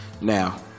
now